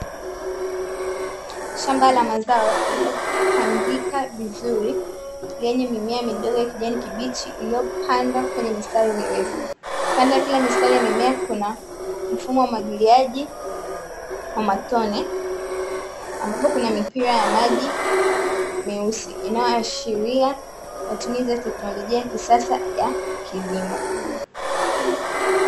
Shamba la mazao lililopangika vizuri lenye mimea midogo ya kijani kibichi iliyopandwa kwenye mistari mirefu, kando ya kila mistari ya mimea kuna mfumo wa umwagiliaji wa matone ambapo kuna mipira ya maji meusi inayoashiria matumizi ya teknolojia ya kisasa ya kilimo.